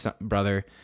brother